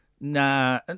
Nah